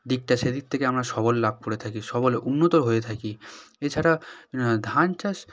দিকটা সেদিক থেকে আমরা সবল লাভ করে থাকি সবল উন্নত হয়ে থাকি এছাড়া ধান চাষ